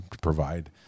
provide